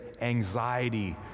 anxiety